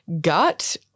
gut